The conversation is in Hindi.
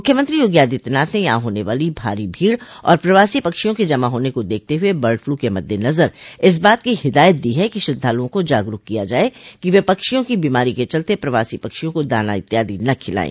मूख्यमंत्री योगी आदित्यनाथ ने यहां होने वाली भारी भीड़ और प्रवासी पक्षियों के जमा होने को देखते हुए बर्ड फ्लू के मद्देनजर इस बात की हिदायत दी है कि श्रद्वालुओं को जागरूक किया जाए कि वे पक्षियों की बीमारी के चलते प्रवासी पक्षियों को दाना इत्यादि न खिलाएं